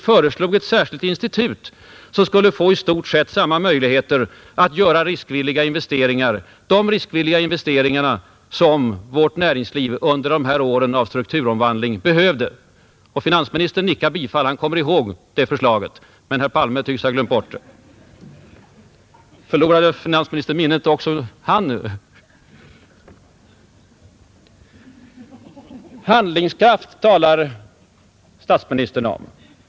Vi föreslog ett särskilt institut, som skulle få i stort sett samma möjligheter att göra riskvilliga satsningar — de riskvilliga investeringar som vårt näringsliv under dessa år av strukturomvandling behövt. Finansministern nickar bifall — han kommer ihåg förslaget, men herr Palme tycks ha glömt bort det. — Förlorade också finansministern minnet nu? Statsministern talar om handlingskraft.